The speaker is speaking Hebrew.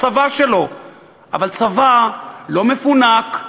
אבל צבא לא מפונק,